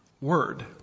Word